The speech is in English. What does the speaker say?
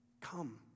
Come